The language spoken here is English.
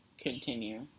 continue